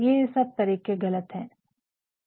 ये अब तरीके गलत है दोस्तों